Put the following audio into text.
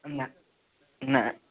ନା ନା